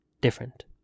Different